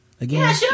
Again